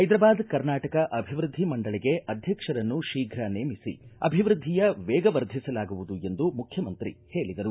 ಹೈದ್ರಾಬಾದ್ ಕರ್ನಾಟಕ ಅಭಿವೃದ್ಧಿ ಮಂಡಳಿಗೆ ಅಧ್ವಕ್ಷರನ್ನು ಶೀಘ್ರ ನೇಮಿಸಿ ಅಭಿವೃದ್ಧಿಯ ವೇಗ ವರ್ಧಿಸಲಾಗುವುದು ಎಂದು ಮುಖ್ಚಮಂತ್ರಿ ಹೇಳಿದರು